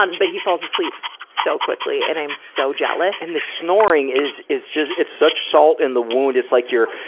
um but he falls asleep so quickly, and i am so jealous. and the snoring is, is just, it's such salt in the wound. it's like you're,